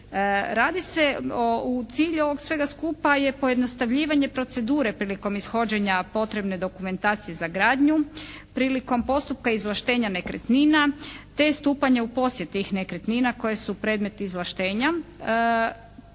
Radi se u cilju ovog svega skupa je pojednostavljivanje procedure prilikom ishođenja potrebne dokumentacije za gradnju, prilikom postupka izvlaštenja nekretnina te stupanja u posjed tih nekretnina koje su predmet izvlaštenja